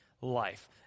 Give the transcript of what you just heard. life